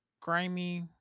grimy